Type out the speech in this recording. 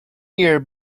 year